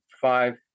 five